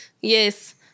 yes